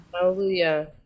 hallelujah